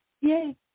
Yay